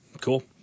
Cool